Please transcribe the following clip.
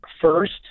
first